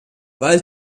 weil